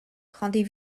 rendait